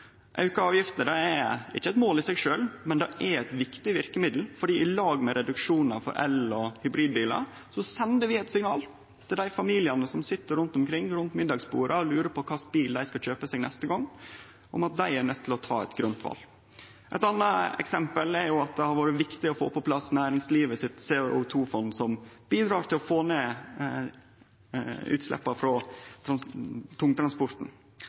Auka avgifter er ikkje eit mål i seg sjølv, men det er eit viktig verkemiddel, for i lag med reduksjonar for el- og hybridbilar sender vi eit signal til dei familiane som rundt omkring sit rundt middagsbordet og lurer på kva slags bil dei skal kjøpe seg neste gong, om at dei er nøydde til å ta eit grønt val. Eit anna eksempel er at det har vore viktig å få på plass CO2-fondet til næringslivet, som bidrar til å få ned utsleppa frå tungtransporten.